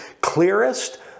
clearest